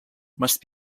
must